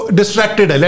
distracted